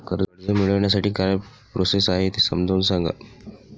कर्ज मिळविण्यासाठी काय प्रोसेस आहे समजावून सांगा